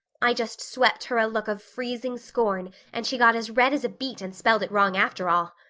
i just swept her a look of freezing scorn and she got as red as a beet and spelled it wrong after all.